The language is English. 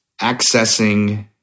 accessing